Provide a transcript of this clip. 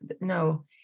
no